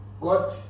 God